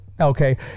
Okay